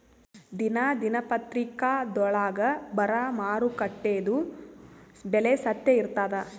ದಿನಾ ದಿನಪತ್ರಿಕಾದೊಳಾಗ ಬರಾ ಮಾರುಕಟ್ಟೆದು ಬೆಲೆ ಸತ್ಯ ಇರ್ತಾದಾ?